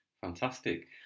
Fantastic